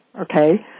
okay